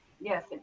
Yes